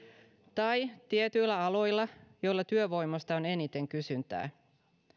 tai tietyillä aloilla joilla työvoimasta on eniten kysyntää